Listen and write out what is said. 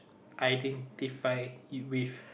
identify it with